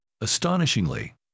Astonishingly